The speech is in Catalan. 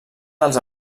dels